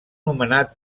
nomenat